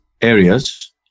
areas